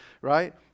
right